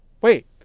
Wait